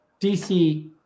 DC